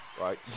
Right